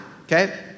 okay